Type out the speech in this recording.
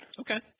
Okay